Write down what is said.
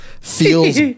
feels